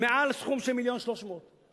מעל סכום של 1.3 מיליון.